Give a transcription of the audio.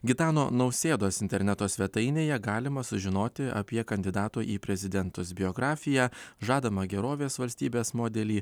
gitano nausėdos interneto svetainėje galima sužinoti apie kandidato į prezidentus biografiją žadamą gerovės valstybės modelį